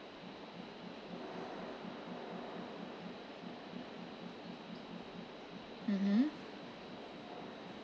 mmhmm